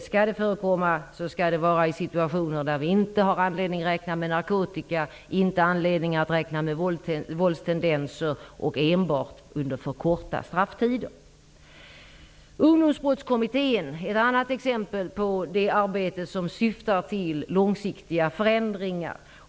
Om det skall förekomma måste det vara i situationer där vi inte har anledning att räkna med narkotika eller våldstendenser, och enbart under korta strafftider. Ungdomsbrottskommittén är ett annat exempel på det arbete som syftar till långsiktiga förändringar.